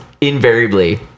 invariably